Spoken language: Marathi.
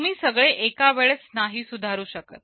तुम्ही सगळे एकावेळेस नाही सुधारू शकत